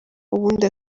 ubundi